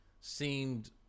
seemed